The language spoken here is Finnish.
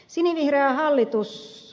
sinivihreä hallitus